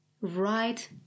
right